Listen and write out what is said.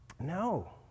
No